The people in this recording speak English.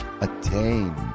attain